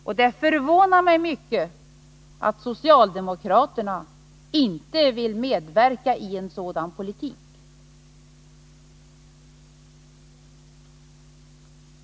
Och det förvånar mig mycket att socialdemokraterna inte vill medverka i en sådan politik.